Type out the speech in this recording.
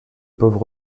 pauvre